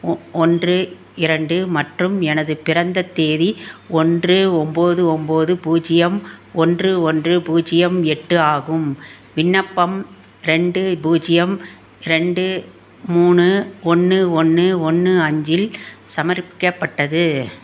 ஓ ஒன்று இரண்டு மற்றும் எனது பிறந்தத் தேதி ஒன்று ஒன்போது ஒன்போது பூஜ்ஜியம் ஒன்று ஒன்று பூஜ்ஜியம் எட்டு ஆகும் விண்ணப்பம் ரெண்டு பூஜ்ஜியம் ரெண்டு மூணு ஒன்று ஒன்று ஒன்று அஞ்சில் சமர்ப்பிக்கப்பட்டது